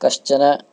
कश्चन